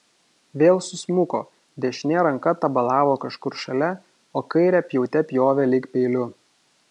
vėl susmuko dešinė ranka tabalavo kažkur šalia o kairę pjaute pjovė lyg peiliu